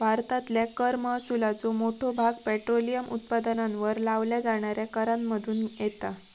भारतातल्या कर महसुलाचो मोठो भाग पेट्रोलियम उत्पादनांवर लावल्या जाणाऱ्या करांमधुन येता